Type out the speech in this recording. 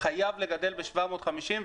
חייב לגדל ב-750.